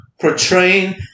Portraying